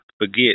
forget